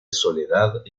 soledad